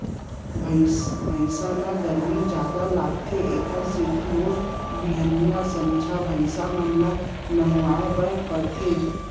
भइंस ल गरमी जादा लागथे एकरे सेती रोज बिहनियॉं, संझा भइंस मन ल नहवाए बर परथे